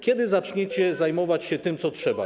Kiedy zaczniecie zajmować się tym, co trzeba?